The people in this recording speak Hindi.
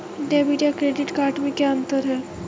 डेबिट या क्रेडिट कार्ड में क्या अन्तर है?